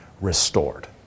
restored